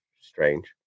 strange